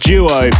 Duo